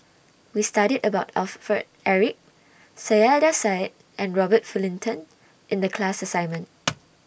We studied about Eric Saiedah Said and Robert Fullerton in The class assignment